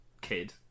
kid